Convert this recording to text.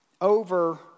over